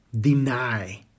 deny